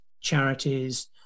charities